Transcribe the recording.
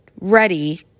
ready